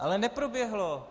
Ale neproběhlo!